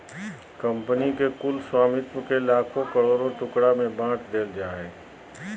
company के कुल स्वामित्व के लाखों करोड़ों टुकड़ा में बाँट देल जाय हइ